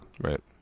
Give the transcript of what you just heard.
Right